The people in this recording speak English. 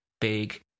big